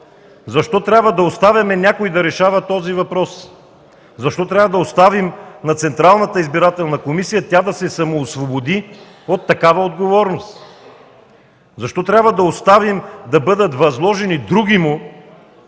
Защо трябва да оставяме някой да решава този въпрос? Защо трябва да оставим на Централната избирателна комисия тя да се самоосвободи от такава отговорност? Защо трябва да оставим да бъдат възложени другиму